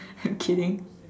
I'm kidding